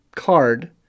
card